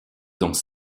dans